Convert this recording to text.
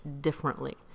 differently